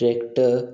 tractor